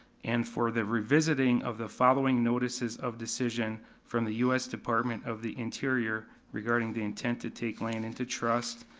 and for the revisiting of the following notices of decision from the us department of the interior regarding the intent to take lane into trust,